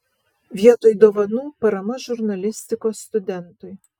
vietoj dovanų parama žurnalistikos studentui